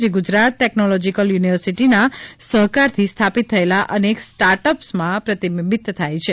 જે ગુજરાત ટેક્નોલોજીકલ યુનિવર્સિટીના સહકારથી સ્થાપિત થયેલા અનેક સ્ટાર્ટઅપ્સમાં પ્રતિબિંબિત થાય છે